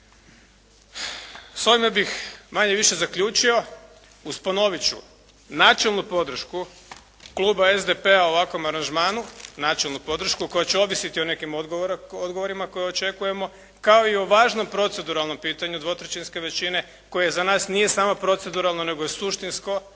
S ovime bih manje-više zaključio uz ponovit ću. Načelnu podršku Kluba SDP-a ovakvom aranžmanu, načelnu podršku koja će ovisiti o nekim odgovorima koje očekujemo kao i o važnom proceduralnom pitanju dvotrećinske većine koje za nas nije samo proceduralno nego je suštinsko